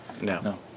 No